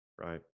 right